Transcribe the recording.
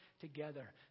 together